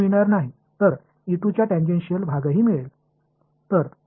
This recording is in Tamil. எனவே நான் பெறுவேன் ஆனால் மட்டுமல்ல வின் டான்ஜென்ஷியல் பகுதியையும் நான் பெறுவேன்